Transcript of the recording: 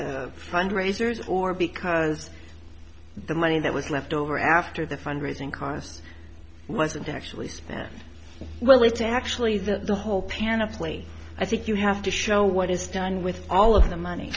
fundraisers or because the money that was left over after the fundraising cost wasn't actually spent well it's actually that the whole panoply i think you have to show what is done with all of the money